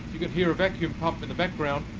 you can hear a vacuum pump in the background.